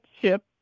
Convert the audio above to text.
ship